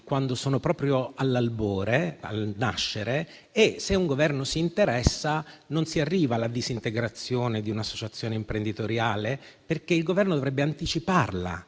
quando sono proprio all'albore e al nascere e, se un Governo si interessa, non si arriva alla disintegrazione di un'associazione imprenditoriale, perché esso dovrebbe anticiparla,